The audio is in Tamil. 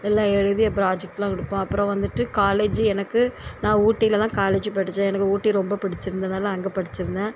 எல்லாம் எழுதி ப்ராஜெக்ட்லாம் கொடுப்போம் அப்பறம் வந்துட்டு காலேஜ் எனக்கு நான் ஊட்டியில் தான் காலேஜ் படிச்சேன் எனக்கு ஊட்டி ரொம்ப பிடிச்சிருந்ததனால அங்கே படிச்சிருந்தேன்